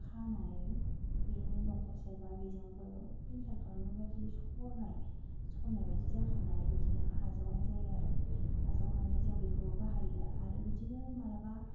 खानानै बेनि दंखल सेरब्ला बेजोंबो फिल्टार खालामनाय बादि सरनाय सरनायबादि जाखानानै बिदिनो आजावनाय जायो आरो आजावनानै जों बेखौबो बाहायो आरो बिदिनो माब्लाबा